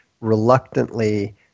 reluctantly